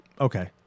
Okay